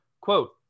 Quote